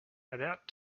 about